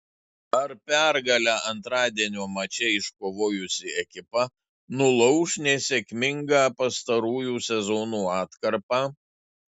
ar pergalę antradienio mače iškovojusi ekipa nulauš nesėkmingą pastarųjų sezonų atkarpą